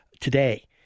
today